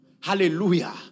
Hallelujah